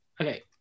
Okay